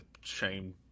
shame